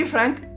Frank